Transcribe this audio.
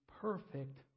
perfect